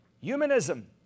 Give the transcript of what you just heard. Humanism